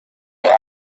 them